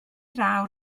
raw